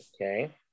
okay